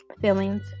feelings